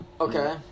Okay